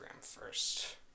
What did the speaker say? first